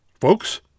Folks